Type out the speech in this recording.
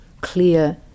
clear